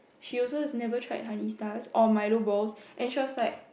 she also has never tried honey stars or Milo balls and she was like